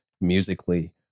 musically